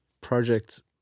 project